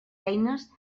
eines